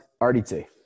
RDT